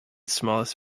smallest